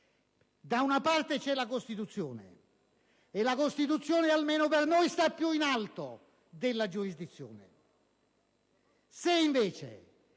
Da una parte c'è la Costituzione, e la Costituzione, almeno per noi, sta più in alto della giurisdizione;